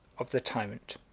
of the tyrant.